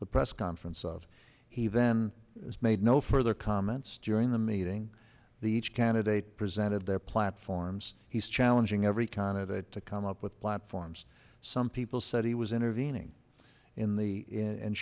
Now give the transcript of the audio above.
the press conference of he then made no further comments during the meeting the each candidate presented their platforms he's challenging every candidate to come up with platforms some people said he was intervening in the in